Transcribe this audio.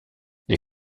les